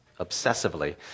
obsessively